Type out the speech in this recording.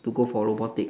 to go for robotic